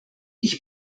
ich